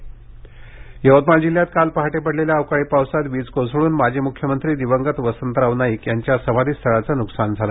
समाधीरुथळ यवतमाळ जिल्ह्यात काल पहाटे पडलेल्या अवकाळी पावसात वीज कोसळून माजी मुख्यमंत्री दिवंगत वसंतराव नाईक यांच्या समाधीस्थळाचं नुकसान झालं